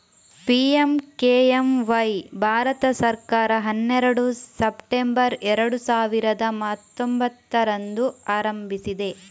PMKMY ಭಾರತ ಸರ್ಕಾರ ಹನ್ನೆರಡು ಸೆಪ್ಟೆಂಬರ್ ಎರಡು ಸಾವಿರದ ಹತ್ತೊಂಭತ್ತರಂದು ಆರಂಭಿಸಿದೆ